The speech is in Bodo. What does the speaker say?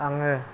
आङो